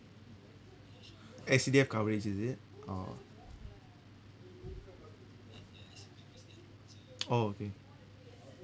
S_C_D_F coverage is it orh oh okay